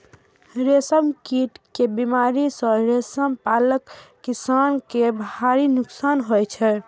रेशम कीट के बीमारी सं रेशम पालक किसान कें भारी नोकसान होइ छै